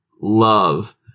love